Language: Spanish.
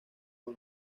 con